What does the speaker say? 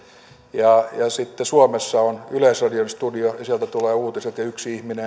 ja sitten suomessa on yleisradion studio ja sieltä tulevat uutiset ja yksi ihminen